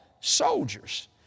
soldiers